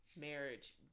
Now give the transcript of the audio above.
marriage